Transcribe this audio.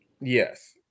Yes